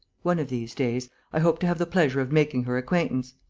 one of these days, i hope to have the pleasure of making her acquaintance.